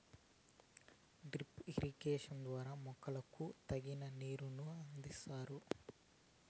drip irrigation ద్వారా మొక్కకు తగినంత నీరును అందిస్తారు